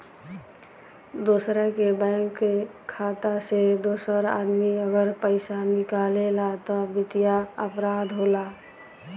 दोसरा के बैंक खाता से दोसर आदमी अगर पइसा निकालेला त वित्तीय अपराध होला